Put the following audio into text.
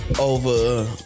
Over